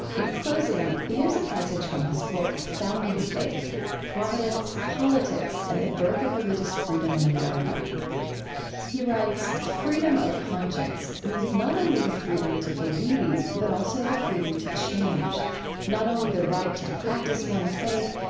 in closing, here's a passage from his book founding faith providence, politics, and the birth of religious freedom in america he writes, freedom of conscience means not only the freedom to believe, but also the freedom to change not only the right to practice one faith,